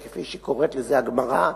כפי שקוראת לזה הגמרא,